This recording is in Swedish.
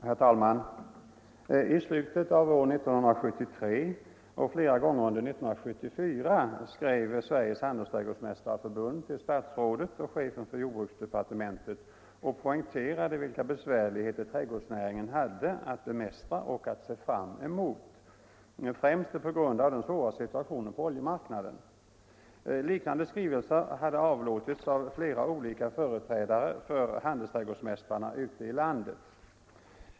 Herr talman! I slutet av år 1973 och flera gånger under 1974 skrev Sveriges handelsträdgårdsmästareförbund till jordbruksministern och poängterade vilka besvärligheter trädgårdsnäringen hade att bemästra och att se fram emot, främst på grund av den svåra situationen på oljemarknaden. Liknande skrivelser hade avlåtits av flera olika företrädare för handelsträdgårdsmästarna ute i landet.